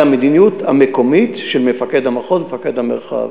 זה המדיניות המקומית של מפקד המחוז ומפקד המרחב.